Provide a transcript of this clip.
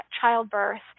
childbirth